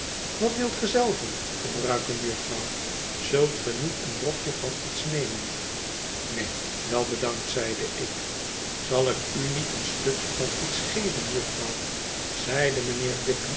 wat wilt ge zelve gebruiken jufvrouw zult ge niét een brokje van iets nemen neen wel bedankt zeide ik zal ik u niet een stukje van iets geven jufvrouw zeide mijnheer